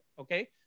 okay